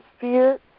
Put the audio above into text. fear